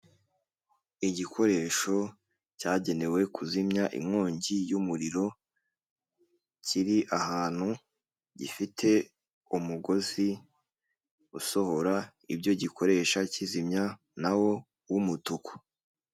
Igikoresho cyagenewe kuzimya inkongi y'umuriro; kiri ahantu gifite umugozi usohora ibyo gikoresha kizimya nawo w'umutuku.